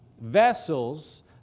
Vessels